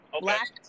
black